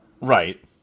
Right